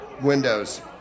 windows